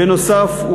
בנוסף,